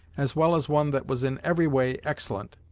as well as one that was in every way excellent,